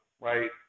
right